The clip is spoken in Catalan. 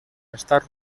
estat